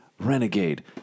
Renegade